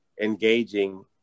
engaging